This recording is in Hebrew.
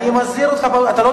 תשתיק את